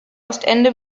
ostende